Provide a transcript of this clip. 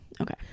Okay